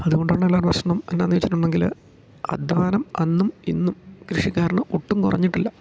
അതുകൊണ്ടുള്ള പ്രശ്നം എന്താണെന്ന് വച്ചിട്ടുണ്ടെങ്കിൽ അധ്വാനം അന്നും ഇന്നും കൃഷിക്കാരന് ഒട്ടും കുറഞ്ഞിട്ടില്ല